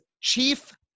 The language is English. chief